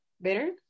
better